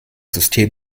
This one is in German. system